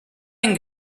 and